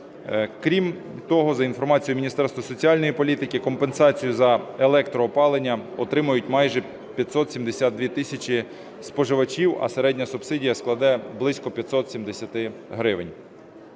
Крім того, за інформацією Міністерства соціальної політики, компенсацію за електроопалення отримають майже 572 тисячі споживачів. А середня субсидія складе близько 570 гривень.